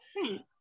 Thanks